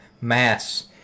mass